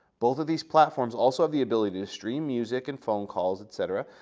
both of these platforms also have the ability to stream music and phone calls, et cetera.